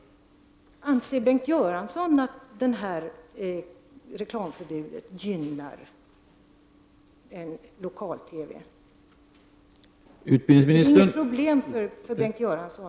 Anser Bengt Göransson att reklamförbudet gynnar en lokal TV? Finns här inga problem för Bengt Göransson?